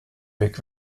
weg